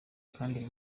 kandi